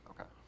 Okay